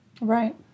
Right